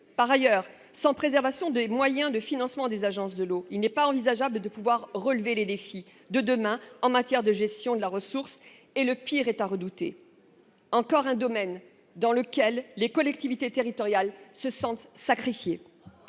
Par ailleurs, sans préservation des moyens de financement des agences de l'eau, il est inenvisageable de relever les défis de demain en matière de gestion de la ressource ; le pire est à redouter. Encore un domaine dans lequel les collectivités territoriales se sentent sacrifiées.